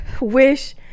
wish